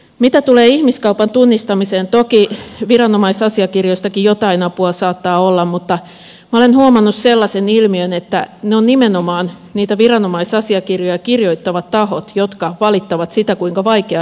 mitä tulee ihmiskaupan tunnistamiseen toki viranomaisasiakirjoistakin jotain apua saattaa olla mutta minä olen huomannut sellaisen ilmiön että ne ovat nimenomaan niitä viranomaisasiakirjoja kirjoittavat tahot jotka valittavat sitä kuinka vaikeaa ihmiskauppaa on tunnistaa